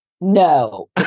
no